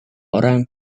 orang